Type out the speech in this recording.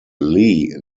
lee